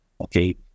Okay